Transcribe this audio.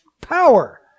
power